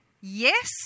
yes